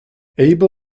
abel